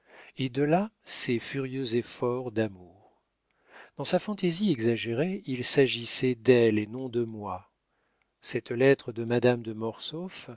et de là ses furieux efforts d'amour dans sa fantaisie exagérée il s'agissait d'elle et non de moi cette lettre de madame de